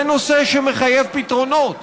זה נושא שמחייב פתרונות.